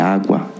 agua